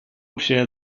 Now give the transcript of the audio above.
общая